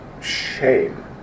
shame